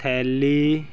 ਥੈਲੀ